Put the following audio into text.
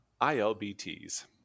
ILBT's